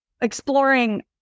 exploring